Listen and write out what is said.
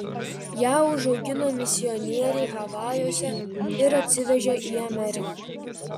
ją užaugino misionieriai havajuose ir atsivežė į ameriką